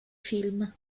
film